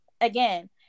again